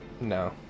No